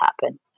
happen